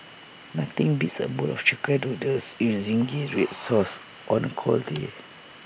nothing beats A bowl of Chicken Noodles you Zingy Red Sauce on A cold day